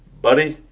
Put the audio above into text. buddy,